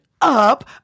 up